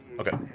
Okay